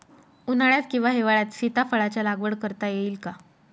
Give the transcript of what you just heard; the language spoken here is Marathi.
उन्हाळ्यात किंवा हिवाळ्यात सीताफळाच्या लागवड करता येईल का?